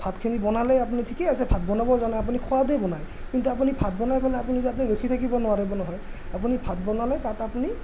ভাতখিনি বনালে আপুনি ঠিকেই আছে ভাত বনাব জানে আপুনি সোৱাদেই বনায় কিন্তু আপুনি ভাত বনাই বনাই আপুনি তাত ৰখি থাকিব নোৱাৰিব নহয় আপুনি ভাত বনালে তাত আপুনি